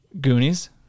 Goonies